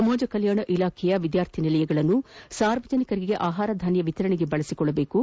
ಸಮಾಜ ಕಲ್ಲಾಣ ಇಲಾಖೆಯ ವಿದ್ಯಾರ್ಥಿನಿಲಯಗಳನ್ನು ಸಾರ್ವಜನಿಕರಿಗೆ ಆಹಾರ ಧಾನ್ಯ ವಿತರಣೆಗೆ ಬಳಸಿಕೊಳ್ಳಬೇಕು